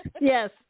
Yes